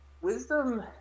Wisdom